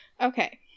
Okay